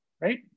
right